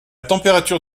température